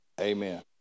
Amen